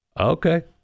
okay